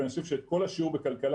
ואני חושב שאת כל השיעור בכלכלה,